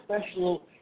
special